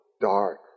dark